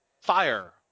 fire